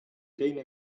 teine